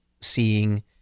seeing